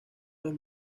los